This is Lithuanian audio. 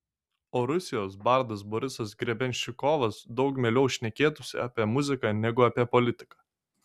o rusijos bardas borisas grebenščikovas daug mieliau šnekėtųsi apie muziką negu apie politiką